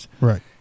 Right